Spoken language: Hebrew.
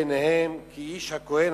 התחרות לפעמים היא טובה.